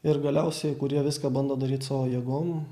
ir galiausiai kurie viską bando daryt savo jėgom